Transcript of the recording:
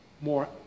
more